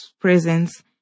presence